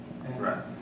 Right